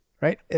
right